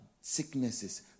sicknesses